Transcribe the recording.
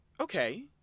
Okay